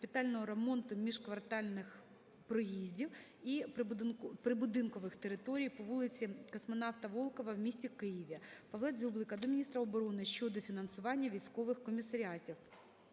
капітального ремонту міжквартальних проїздів і прибудинкових територій по вулиці Космонавта Волкова в місті Києві. Павла Дзюблика до міністра оборони щодо фінансування військових комісаріатів.